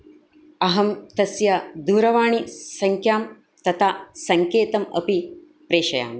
अहं तस्याः दूरवाणीसङ्ख्यां तथा सङ्केतम् अपि प्रेषयामि